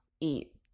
eat